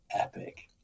epic